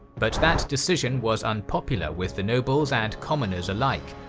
but that decision was unpopular with the nobles and commoners alike,